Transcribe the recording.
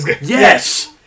yes